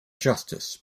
justice